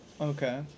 Okay